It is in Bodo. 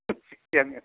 मिथिया आङो